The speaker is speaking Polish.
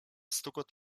stukot